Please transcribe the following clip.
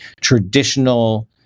traditional